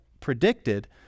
predicted